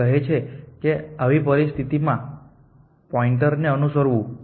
તે કહે છે કે આવી પરિસ્થી માં પોઇન્ટર ને અનુસરવું